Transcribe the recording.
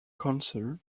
cancer